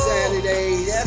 Saturdays